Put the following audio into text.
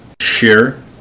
share